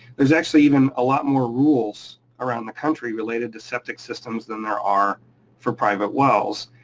there's actually even a lot more rules around the country related to septic systems than there are for private wells.